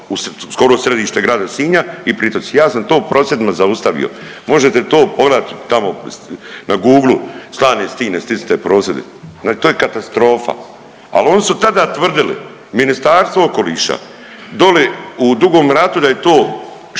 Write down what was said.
skoro u središte grada Sinja i Pritoci, ja sam to prosvjedima zaustavio. Možete to pogledat tamo na Googlu Slane stine stisnite prosvjedi. To je katastrofa, al oni su tada tvrdili Ministarstvo okoliša doli u Dugom Ratu da je to štetno,